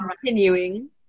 continuing